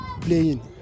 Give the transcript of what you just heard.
playing